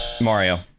Mario